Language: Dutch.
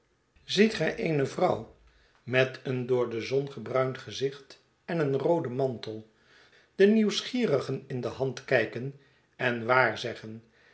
ziet gij eene vrouw met een door de zon gebruind gezicht en een rooden mantel de nieuwsgierigen in de hand kijken en